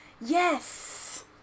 yes